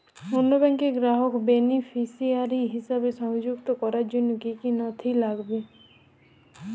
অন্য ব্যাংকের গ্রাহককে বেনিফিসিয়ারি হিসেবে সংযুক্ত করার জন্য কী কী নথি লাগবে?